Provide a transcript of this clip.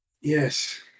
Yes